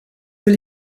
will